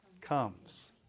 comes